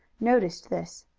noticed this.